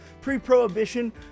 Pre-Prohibition